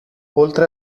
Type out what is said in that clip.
oltre